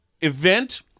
event